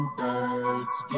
birds